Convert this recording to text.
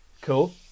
Cool